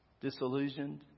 Disillusioned